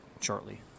shortly